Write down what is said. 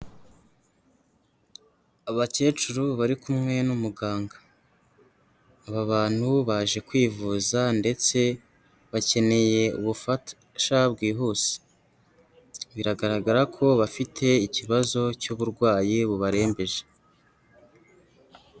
Abakecuru bari kumwe n'umuganga, aba bantu baje kwivuza ndetse bakeneye ubufasha bwihuse, biragaragara ko bafite ikibazo cy'uburwayi bubarembeje.